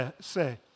say